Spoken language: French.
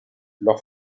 leur